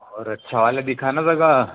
और अच्छा वाला दिखाना जरा